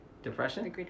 Depression